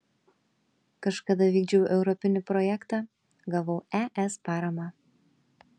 kažkada vykdžiau europinį projektą gavau es paramą